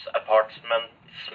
apartments